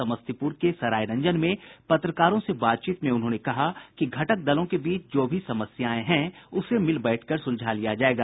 समस्तीपुर के सरायरंजन में पत्रकारों से बातचीत में उन्होंने कहा कि घटक दलों के बीच जो भी समस्याएं हैं उसे मिल बैठ कर सुलझा लिया जायेगा